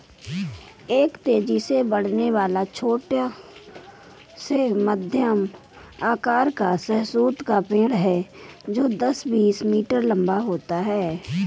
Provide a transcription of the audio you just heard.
एक तेजी से बढ़ने वाला, छोटा से मध्यम आकार का शहतूत का पेड़ है जो दस, बीस मीटर लंबा होता है